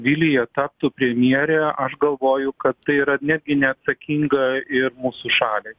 vilija taptų premjere aš galvoju kad tai yra netgi neatsakinga ir mūsų šaliai